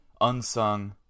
unsung